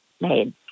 made